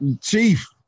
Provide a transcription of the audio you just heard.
Chief